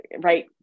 right